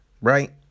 right